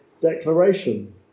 declaration